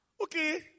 okay